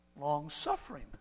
long-suffering